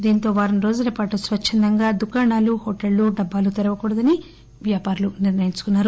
దీంతో వారం రోజులపాటు స్వచ్చందంగా దుకాణాలు హోటళ్లు డబ్బాలు తెరవకూడదని వ్యాపారులు నిర్లయించుకున్నారు